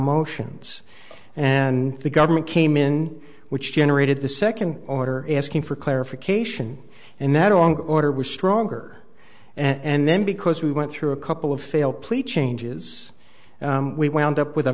motions and the government came in which generated the second order asking for clarification and that along order was stronger and then because we went through a couple of failed pleas changes we wound up with a